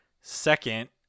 Second